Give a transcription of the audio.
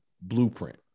blueprint